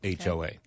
HOA